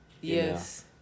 Yes